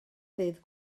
ddydd